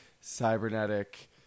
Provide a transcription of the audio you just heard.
Cybernetic